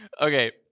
Okay